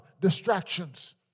distractions